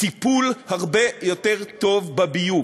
טיפול הרבה יותר טוב בביוב.